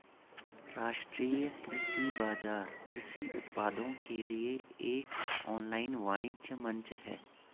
राष्ट्रीय कृषि बाजार कृषि उत्पादों के लिए एक ऑनलाइन वाणिज्य मंच है